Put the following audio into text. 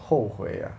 后悔 ah